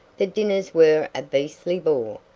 the dinners were a beastly bore,